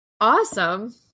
Awesome